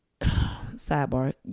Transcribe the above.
Sidebar